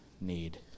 need